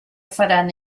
faran